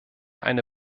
eine